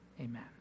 amen